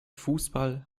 fußball